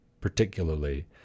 particularly